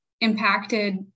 impacted